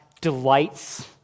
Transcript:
delights